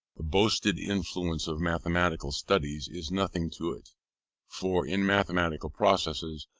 the boasted influence of mathematical studies is nothing to it for in mathematical processes,